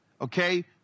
okay